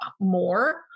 more